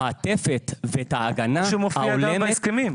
את המעטפת ואת ההגנה ההולמת --- כמו שמופיע גם בהסכמים.